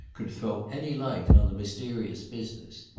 could throw any light on the mysterious business.